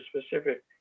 specific